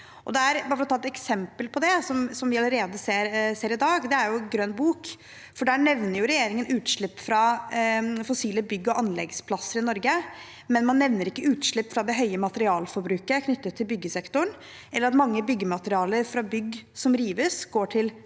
Et eksempel på det som vi ser allerede i dag, er Grønn bok. Der nevner regjeringen utslipp fra fossile bygg- og anleggsplasser i Norge, men man nevner ikke utslipp fra det høye materialforbruket knyttet til byggesektoren eller at mange byggematerialer fra bygg som rives, går til